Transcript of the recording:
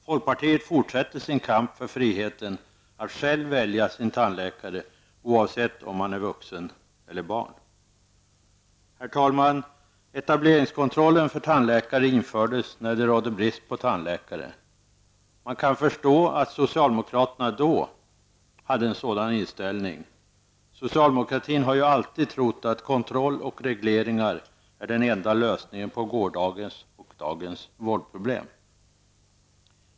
Folkpartiet fortsätter sin kamp för friheten att själv välja sin tandläkare oavsett om man är vuxen eller barn. Herr talman! Etableringskontrollen för tandläkare infördes när det rådde brist på tandläkare. Man kan förstå att socialdemokraterna då hade en sådan inställning. Socialdemokratin har ju alltid trott att kontroll och regleringar är den enda lösningen på gårdagens och dagens vårdproblem.